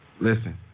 Listen